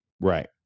Right